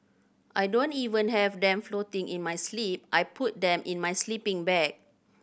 I don't even have them floating in my sleep I put them in my sleeping bag